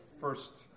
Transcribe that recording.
first